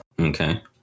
Okay